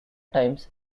times